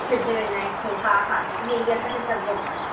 सिद्धिविनायक थियो हा हा इहे इहे असांखे सभु घुमणा आहिनि